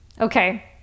okay